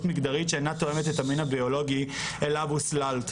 מגדרית שאינה תואמת את המין הביולוגי אליו הוסללת.